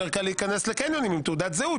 יותר קל להיכנס לקניונים עם תעודת זהות,